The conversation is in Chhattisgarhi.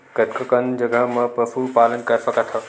कतका कन जगह म पशु पालन कर सकत हव?